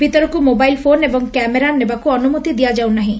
ଭିତରକୁ mobile phone ଏବଂ camera ନେବାକୁ ଅନୁମତି ଦିଆଯାଉ ନାହିଁ